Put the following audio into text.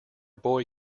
boy